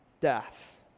death